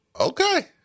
okay